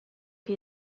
que